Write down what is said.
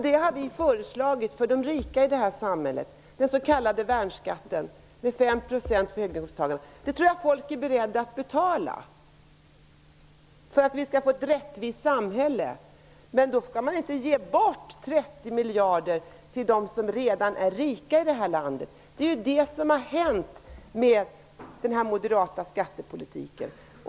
Det har vi föreslagit att man skall ta ut av de rika i det här samhället, den s.k. värnskatten -- 5 % för höginkomsttagarna. Det tror jag människor är beredda att betala för att vi skall få ett rättvist samhälle. Men då skall man inte ge bort 30 miljarder till dem som redan är rika i det här landet. Det är det som har hänt med den moderata skattepolitiken.